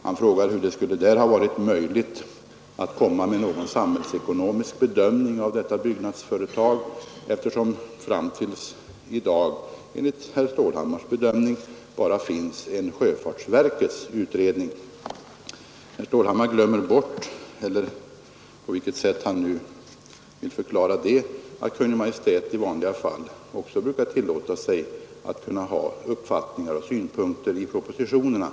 Han frågar hur det där skulle ha varit möjligt att göra någon samhällsekonomisk bedömning av detta byggnadsföretag, eftersom det fram till i dag enligt herr Stål hammars bedömning bara föreligger en utredning från sjöfartsverket. Herr Stålhammar glömmer bort — eller hur han nu vill förklara det — att också Kungl. Maj:t i vanliga fall brukar kunna tillåta sig att framföra uppfattningar och synpunkter i propositionerna.